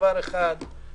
גם את תחפשו